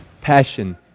passion